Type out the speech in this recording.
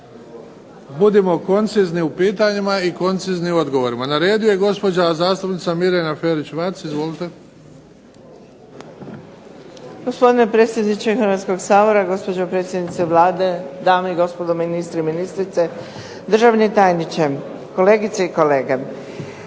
Budimo koncizni u pitanjima i koncizni u odgovorima. Na redu je gospođa zastupnica Mirjana Ferić-Vac. Izvolite. **Ferić-Vac, Mirjana (SDP)** Gospodine predsjedniče Hrvatskog sabora, gospođo predsjednice Vlade, dame i gospodo ministri i ministrice, državni tajniče, kolegice i kolege.